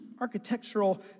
architectural